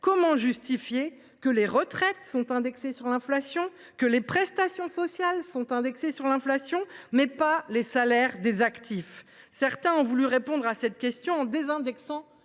comment justifier que les retraites ou les prestations sociales soient indexées sur l’inflation, mais pas les salaires des actifs ? Certains ont voulu répondre à cette question en désindexant